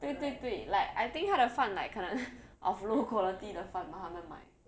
对对对 like I think 他的饭 like 可能 of low quality 的饭 lor 他们买